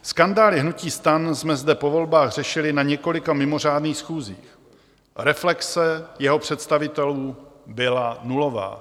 Skandály hnutí STAN jsme zde po volbách řešili na několika mimořádných schůzích, reflexe jeho představitelů byla nulová.